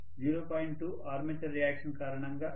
2 armature reaction కారణంగా demagnetising effect